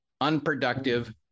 unproductive